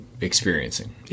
experiencing